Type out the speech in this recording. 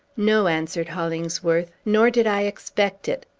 no, answered hollingsworth nor did i expect it.